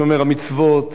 שומר המצוות,